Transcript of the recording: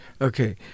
Okay